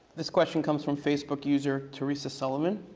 this question comes from facebook user theresa sullivan,